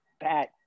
Pat